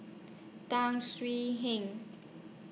Tan Swie Hian